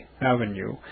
Avenue